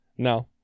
No